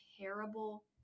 terrible